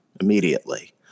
immediately